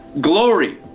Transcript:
Glory